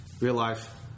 real-life